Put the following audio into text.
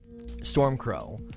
Stormcrow